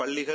பள்ளிகள்